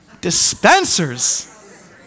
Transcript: Dispensers